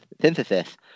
synthesis